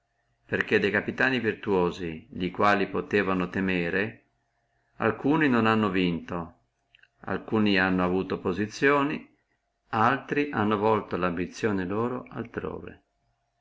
perché de capitani virtuosi de quali potevano temere alcuni non hanno vinto alcuni hanno avuto opposizione altri hanno volto la ambizione loro altrove